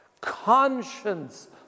Conscience